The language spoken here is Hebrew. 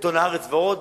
בעיתון "הארץ" ועוד,